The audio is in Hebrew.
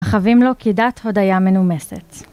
חבים לו קידת הודיה מנומסת.